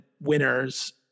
winners